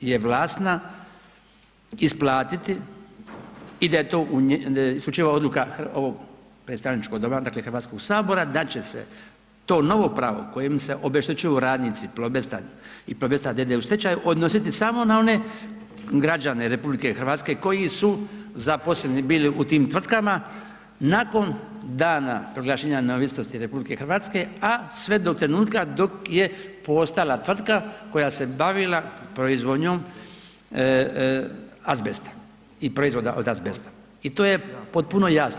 je vlasna isplatiti i da je to isključiva odluka ovog predstavničkog doma, dakle HS da će se to novo pravo kojim se obeštećuju radnici Plobest i Plobest d.d. u stečaju odnositi samo na one građane RH koji su zaposleni bili u tim tvrtkama nakon dana proglašenja neovisnosti RH, a sve do trenutka dok je postojala tvrtka koja se bavila proizvodnjom azbesta i proizvoda od azbesta i to je potpuno jasno.